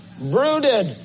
brooded